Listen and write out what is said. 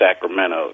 Sacramento